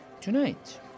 Tonight